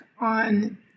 on